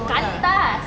qantas